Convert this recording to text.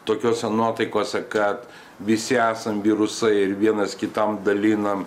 tokiose nuotaikose kad visi esam virusai ir vienas kitam dalinam